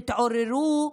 תתעוררו,